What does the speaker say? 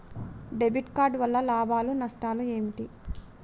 Debit card వల్ల లాభాలు నష్టాలు ఏమిటి?